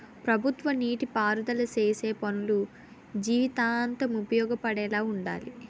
ప్రభుత్వ నీటి పారుదల సేసే పనులు జీవితాంతం ఉపయోగపడేలా వుండాలి